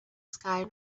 sky